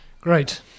great